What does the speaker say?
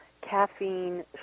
caffeine